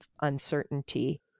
uncertainty